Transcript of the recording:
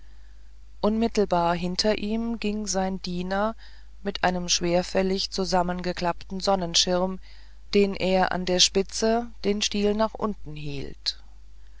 unmittelbar hinter ihm ging sein diener mit einem schwerfälligen zugeklappten sonnenschirm den er an der spitze den stiel nach unten hielt